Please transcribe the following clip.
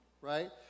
Right